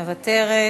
מוותרת,